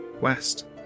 West